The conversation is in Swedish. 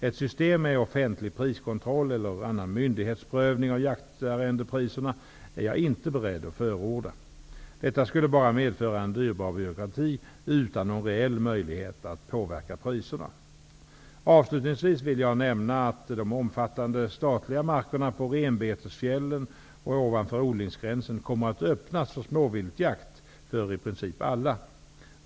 Ett system med offentlig priskontroll eller annan myndighetsprövning av jaktarrendepriserna är jag inte beredd att förorda. Detta skulle bara medföra en dyrbar byråkrati utan någon reell möjlighet att påverka priserna. Avslutningsvis vill jag nämna att de omfattande statliga markerna på renbetesfjällen och ovanför odlingsgränsen kommer att öppnas för småviltjakt för i princip alla.